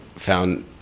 Found